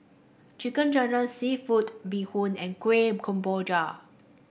chicken ginger seafood Bee Hoon and Kueh Kemboja